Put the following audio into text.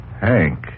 Hank